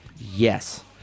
Yes